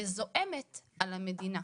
וזועמת על המדינה.